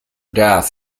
death